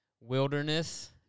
wilderness